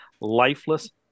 lifeless